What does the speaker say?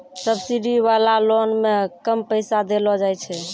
subsidy वाला loan मे कम पैसा देलो जाय छै